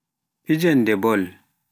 fijande bol